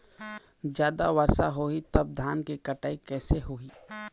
जादा वर्षा होही तब धान के कटाई कैसे होही?